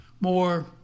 more